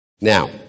Now